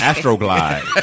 Astroglide